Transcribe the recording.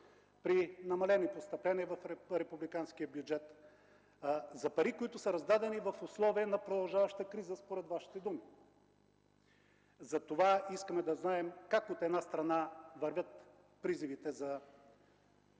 при намалени постъпления в републиканския бюджет, за пари, раздадени в условията на продължаваща криза, според Вашите думи. Затова искаме да знаем как, от една страна, вървят призивите